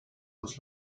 aus